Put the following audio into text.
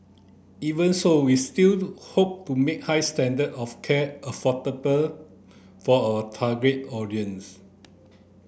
even so we still hope to make high standard of care affordable for our target audience